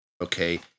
Okay